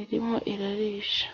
irimo irarisha.